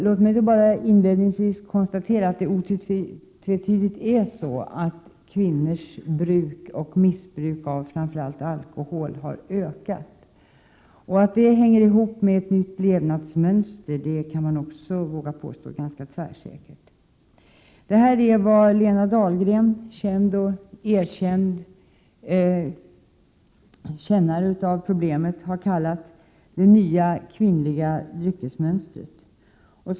Låt mig inledningsvis bara konstatera att kvinnors bruk och missbruk av alkohol otvetydigt har ökat. Att detta hänger ihop med ett nytt levnadsmönster vågar man nog också påstå ganska säkert. Det här är vad Lena Dahlgren — känd och erkänd kännare av problemet — har kallat det nya kvinnliga dryckesmönstret.